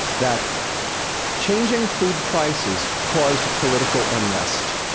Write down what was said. that changing food prices caused political unrest.